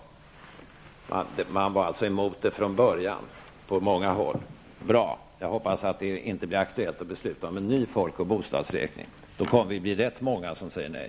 Man var alltså på många håll emot denna folk och bostadsräkning från början. Bra. Jag hoppas att det inte blir aktuellt att besluta om en ny sådan. Då kommer vi att bli rätt många som säger nej.